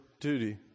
duty